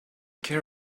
care